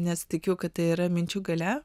nes tikiu kad tai yra minčių galia